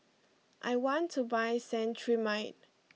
I want to buy Cetrimide